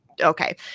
okay